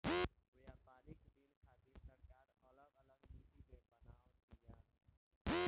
व्यापारिक दिन खातिर सरकार अलग नीति के बनाव तिया